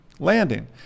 Landing